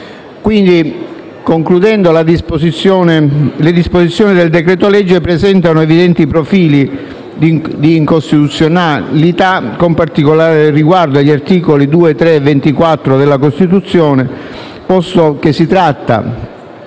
Quindi, concludendo, le disposizioni del decreto-legge in esame presentano evidenti profili di incostituzionalità, con particolare riguardo agli articoli 2, 3 e 24 della Costituzione, posto che si tratta